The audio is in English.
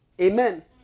Amen